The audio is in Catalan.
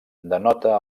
denota